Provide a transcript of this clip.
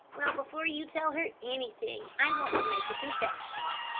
well, before you tell her anything, i want to make a confession,